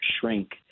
shrink